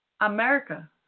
America